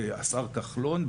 השר כחלון,